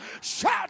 shout